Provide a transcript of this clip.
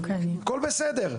הכול בסדר.